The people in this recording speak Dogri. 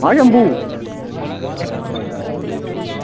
आं शंभु